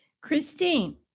Christine